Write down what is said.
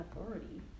authority